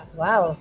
wow